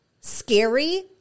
scary